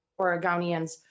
Oregonians